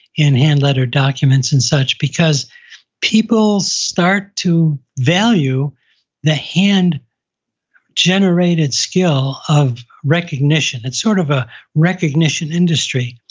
in hand lettered documents and such, because people start to value the hand generated skill of recognition. it's sort of a recognition industry.